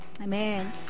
Amen